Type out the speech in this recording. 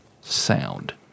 sound